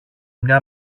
μια